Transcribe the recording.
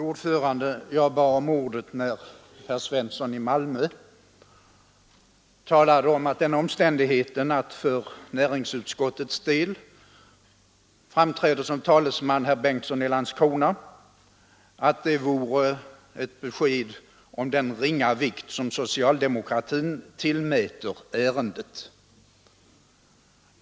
Fru talman! Jag bad om ordet när herr Svensson i Malmö sade att den omständigheten att herr Bengtsson i Landskrona framträdde som talesman för näringsutskottet var ett besked om den ringa vikt som socialdemokratin tillmäter ärendet.